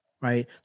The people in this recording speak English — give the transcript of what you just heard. Right